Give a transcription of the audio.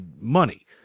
money